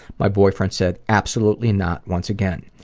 my boyfriend said, absolutely not once again.